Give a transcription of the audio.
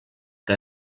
que